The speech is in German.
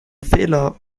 fehler